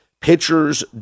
pitcher's